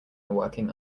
working